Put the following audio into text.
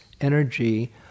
energy